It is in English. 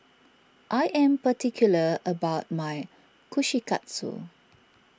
I am particular about my Kushikatsu